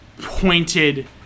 pointed